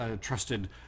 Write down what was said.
trusted